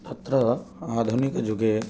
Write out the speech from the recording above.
तत्र आधुनिक युगे